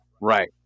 Right